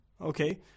Okay